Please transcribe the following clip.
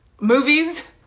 movies